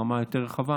ברמה היותר-רחבה.